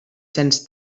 cents